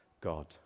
God